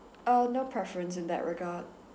uh no preference in that regard